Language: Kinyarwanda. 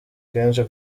kenshi